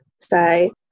say